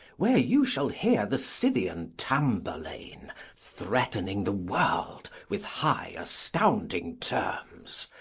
where you shall hear the scythian tamburlaine threatening the world with high astounding terms,